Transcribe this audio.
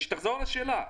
שתחזור על השאלה.